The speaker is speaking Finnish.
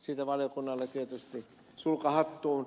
siitä valiokunnalle tietysti sulka hattuun